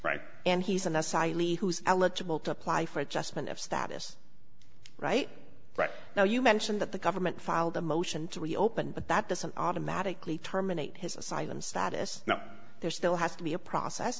right and he's an asylum who's eligible to apply for adjustment of status right now you mentioned that the government filed a motion to reopen but that doesn't automatically terminate his asylum status now there still has to be a process